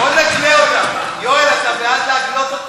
חבר הכנסת עיסאווי